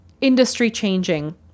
industry-changing